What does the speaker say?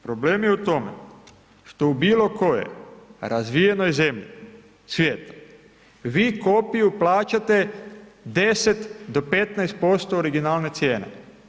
Problem je u tome što u bilo kojoj razvijenoj zemlji svijeta vi kopiju plaćate 10 do 15% originalne cijene.